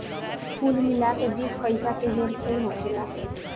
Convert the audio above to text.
कुल मिला के बीस पइसा के हेर फेर होखेला